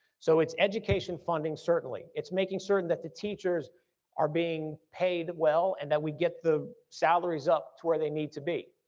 so it's education funding, certainly. it's making sure that the teachers are being paid well and that we get the salaries up to where they need to be.